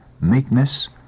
meekness